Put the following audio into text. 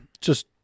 Just-